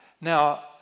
Now